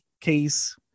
case